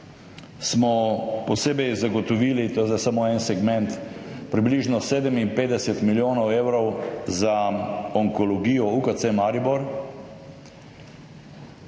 smo posebej zagotovili – to je zdaj samo en segment – približno 57 milijonov evrov za onkologijo UKC Maribor.